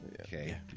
Okay